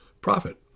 profit